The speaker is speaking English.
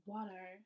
Water